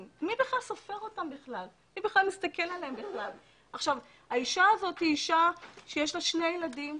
חלק מהדברים שעלו כאן בכתבה וחלק מהטענות שהשמיעו הקורבנות.